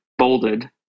Bolded